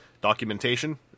documentation